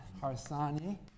Harsanyi